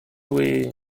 loué